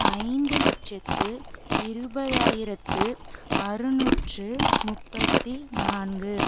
ஐந்து லட்சத்து இருபதாயிரத்து அறநூற்று முப்பத்தி நான்கு